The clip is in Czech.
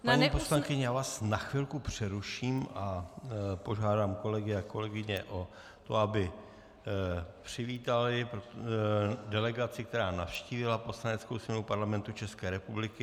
Paní poslankyně, já vás na chvilku přeruším a požádám kolegy a kolegyně o to, aby přivítali delegaci, která navštívila Poslaneckou sněmovnu Parlamentu České republiky.